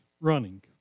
running